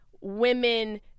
women